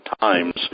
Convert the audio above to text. times